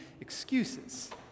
excuses